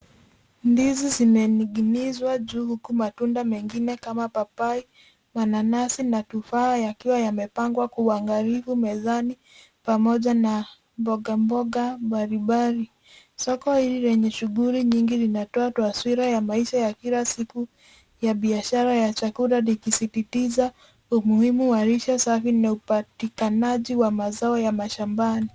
Ndizi zimening'izwa juu, huku matunda mengine kama papai, mananasi na tufaa yakiwa yamepangwa kwa uangalifu mezani, pamoja na mboga mboga mbalimbali. Soko hili lenye shughuli nyingi linatoa taswira ya maisha ya kila siku ya biashara ya chakula likisisitiza umuhimu wa lishe safi na upatikanaji wa mazao ya mashambani.